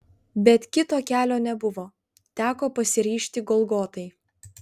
bet kito kelio nebuvo teko pasiryžti golgotai